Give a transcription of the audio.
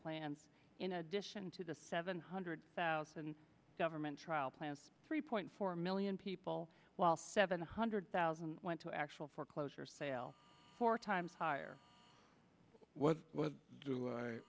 plans in addition to the seven hundred thousand government trial plans three point four million people while seven hundred thousand went to actual foreclosure sale four times higher what do what